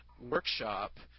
workshop